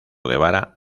guevara